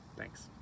Thanks